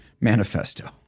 manifesto